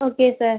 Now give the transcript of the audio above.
okay sir